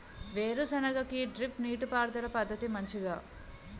వేరుసెనగ కి డ్రిప్ నీటిపారుదల పద్ధతి మంచిదా?